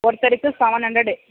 ஒருத்தருக்கு seven hundred